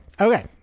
okay